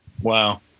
Wow